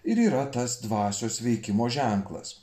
ir yra tas dvasios veikimo ženklas